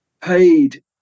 paid